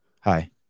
Hi